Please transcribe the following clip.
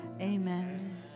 Amen